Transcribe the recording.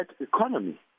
economy